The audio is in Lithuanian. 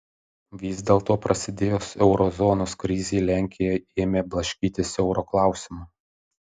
vis dėlto prasidėjus euro zonos krizei lenkija ėmė blaškytis euro klausimu